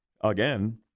again